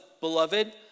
Beloved